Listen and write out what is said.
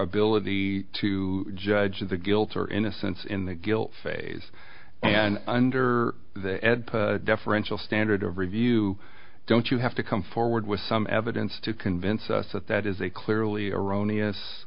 ability to judge the guilt or innocence in the guilt phase and under the deferential standard of review don't you have to come forward with some evidence to convince us that that is a clearly erroneous